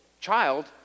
child